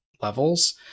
levels